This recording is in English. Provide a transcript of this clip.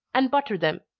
and butter them.